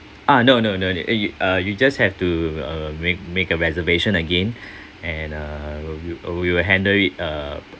ah no no no eh uh you just have to uh make make a reservation again and uh will we will handle it uh